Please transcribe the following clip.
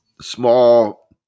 small